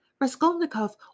Raskolnikov